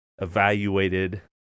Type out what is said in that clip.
evaluated